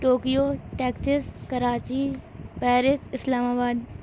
Tokyo Texas Karachi Paris اسلام آباد